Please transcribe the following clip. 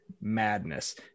madness